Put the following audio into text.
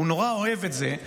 הוא נורא אוהב את זה,